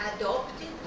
adopted